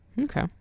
Okay